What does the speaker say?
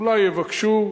אולי יבקשו,